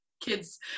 kids